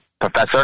professor